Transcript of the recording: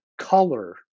color